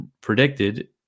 predicted